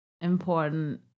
important